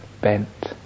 bent